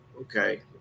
Okay